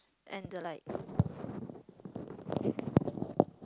and the like